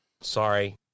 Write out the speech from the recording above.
Sorry